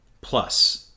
plus